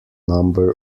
number